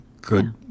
good